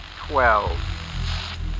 twelve